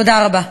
תודה רבה.